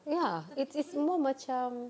ya kita orang macam